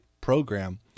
program